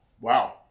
Wow